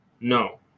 No